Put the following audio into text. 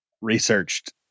researched